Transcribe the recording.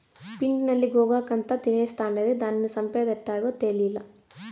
పిండి నల్లి గోగాకంతా తినేస్తాండాది, దానిని సంపేదెట్టాగో తేలీలా